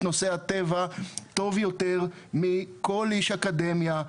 נושא הטבע טוב יותר מכל איש אקדמיה.